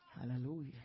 hallelujah